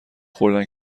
خوردن